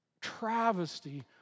travesty